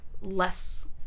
less